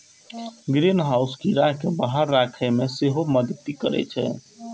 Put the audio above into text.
greenhouse कीड़ा कें बाहर राखै मे सेहो मदति करै छै